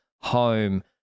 home